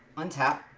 on top